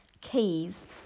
keys